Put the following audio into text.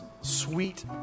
sweet